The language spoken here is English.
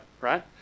right